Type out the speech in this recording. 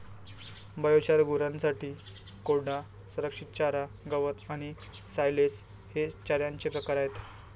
biochar, गुरांसाठी कोंडा, संरक्षित चारा, गवत आणि सायलेज हे चाऱ्याचे प्रकार आहेत